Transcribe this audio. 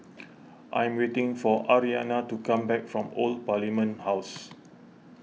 I'm waiting for Aryanna to come back from Old Parliament House